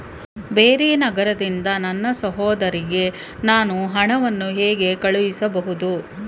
ಬೇರೆ ನಗರದಿಂದ ನನ್ನ ಸಹೋದರಿಗೆ ನಾನು ಹಣವನ್ನು ಹೇಗೆ ಕಳುಹಿಸಬಹುದು?